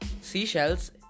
seashells